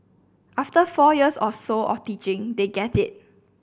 after four years or so of teaching they get it